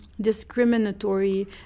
discriminatory